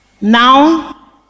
Now